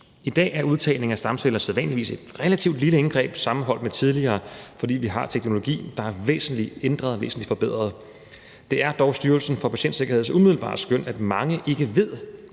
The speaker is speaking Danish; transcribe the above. I dag er udtagningen af stamceller sædvanligvis et relativt lille indgreb sammenholdt med tidligere, fordi vi har en teknologi, der er væsentligt ændret og væsentligt forbedret. Det er dog Styrelsen for Patientsikkerheds umiddelbare skøn, at mange ikke ved,